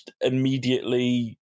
immediately